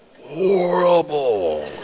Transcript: horrible